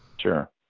Sure